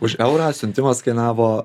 už eurą siuntimas kainavo